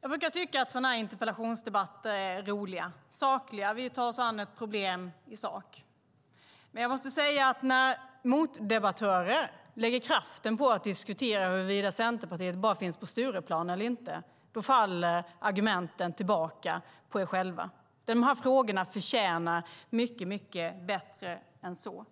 Jag brukar tycka att sådana här interpellationsdebatter är roliga och sakliga. Vi tar oss an ett problem i sak. Men jag måste säga att när motdebattörer lägger kraften på att diskutera huruvida Centerpartiet bara finns på Stureplan eller inte faller argumenten tillbaka på dem själva. De här frågorna förtjänar mycket bättre än så.